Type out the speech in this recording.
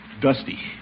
Dusty